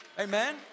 amen